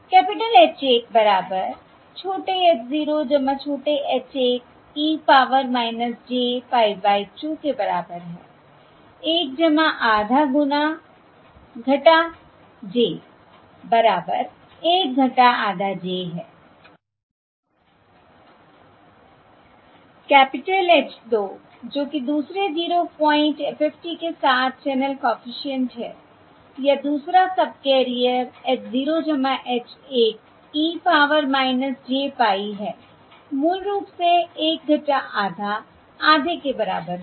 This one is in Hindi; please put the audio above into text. कैपिटल H 1 बराबर छोटे h 0 छोटे h 1 e power j pie by 2 के बराबर है 1 आधा गुना j बराबर 1 आधा j है I कैपिटल H 2 जो कि दूसरे 0 पॉइंट FFT के साथ चैनल कॉफिशिएंट है या दूसरा subcarrier h 0 h 1 e power j pie है मूल रूप से 1 - आधा आधे के बराबर है